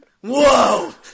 Whoa